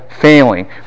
failing